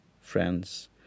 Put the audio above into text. friends